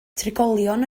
trigolion